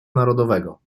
narodowego